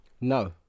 No